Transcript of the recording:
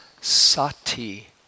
sati